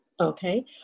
Okay